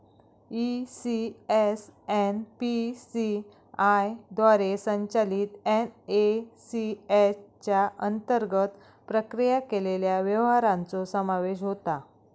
ECS NPCI द्वारे संचलित NACH च्या अंतर्गत प्रक्रिया केलेल्या व्यवहारांचो समावेश होता